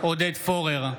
עודד פורר,